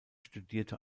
studierte